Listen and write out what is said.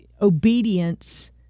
obedience